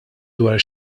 dwar